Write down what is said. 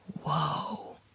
Whoa